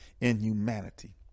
inhumanity